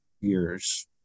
years